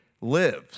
lives